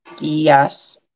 Yes